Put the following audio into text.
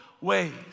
ways